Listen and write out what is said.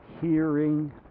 hearing